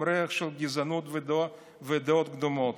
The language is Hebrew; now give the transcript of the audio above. עם ריח של גזענות ודעות קדומות.